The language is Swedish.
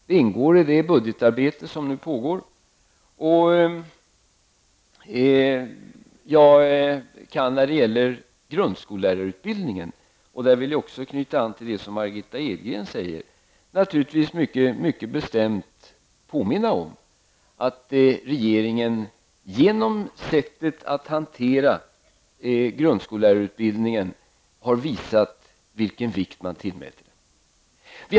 Det ingår i det budgetarbete som nu pågår. När det gäller grundskollärareutbildningen -- och där vill jag anknyta till det som Margitta Edgren sade -- vill jag naturligtvis mycket bestämt påminna om att regeringen genom sättet att hantera grundskollärarutbildningen har visat vilken vikt man tillmäter den.